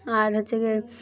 আর হচ্ছে কি